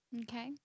Okay